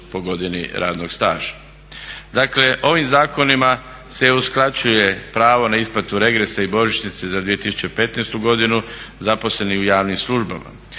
po godini radnog staža. Dakle, ovim zakonima se uskraćuje pravo na isplatu regresa i božićnice za 2015. godinu, zaposlenim u javnim službama.